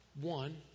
one